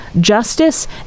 Justice